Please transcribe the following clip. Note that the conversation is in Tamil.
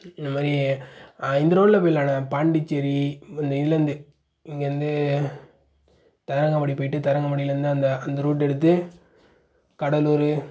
இந்தமாதிரி இந்த ரோடில் போய்விடலாண்ண பாண்டிச்சேரி இங்கே இதுலேருந்து எங்கேருந்து தரங்கம்பாடி போயிட்டு தரங்கம்பாடிலேருந்து அந்த அந்த ரூட் எடுத்து கடலூர்